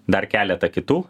dar keletą kitų